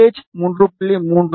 3 ஆகும்